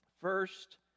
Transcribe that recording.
First